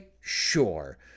sure